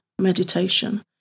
meditation